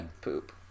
poop